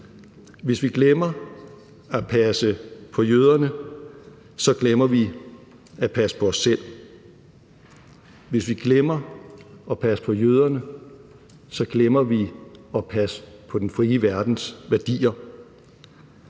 Hvis vi glemmer at passe på jøderne, glemmer vi at passe på os selv. Hvis vi glemmer at passe på jøderne, glemmer vi at passe på den frie verdens værdier.